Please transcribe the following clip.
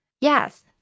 Yes